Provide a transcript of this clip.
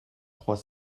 trois